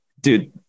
dude